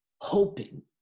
hoping